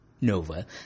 Nova